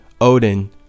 Odin